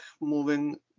moving